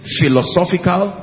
philosophical